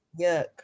Yuck